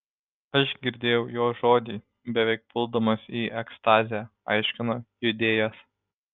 aš girdėjau jo žodį beveik puldamas į ekstazę aiškino judėjas